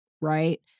right